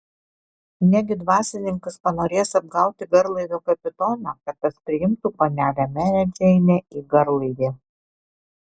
negi dvasininkas panorės apgauti garlaivio kapitoną kad tas priimtų panelę merę džeinę į garlaivį